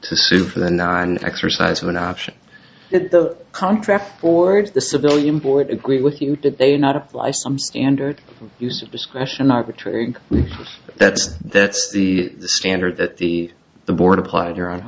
to sue for the non exercise of an option the contract forwards the civilian board agree with you did they not apply some standard use of discretion arbitrary that's that's the standard that the the board applied you're on